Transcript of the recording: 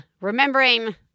remembering